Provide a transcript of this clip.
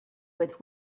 with